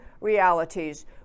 realities